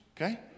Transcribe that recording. Okay